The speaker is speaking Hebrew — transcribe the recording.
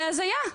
זה הזיה.